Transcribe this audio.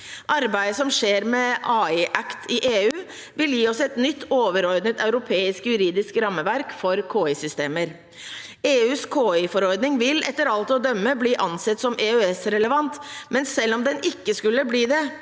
Arbeidet som skjer med AI Act i EU, vil gi oss et nytt overordnet europeisk juridisk rammeverk for KI-systemer. EUs KI-forordning vil etter alt å dømme bli ansett som EØS-relevant, men selv om den ikke skulle bli det,